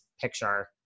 picture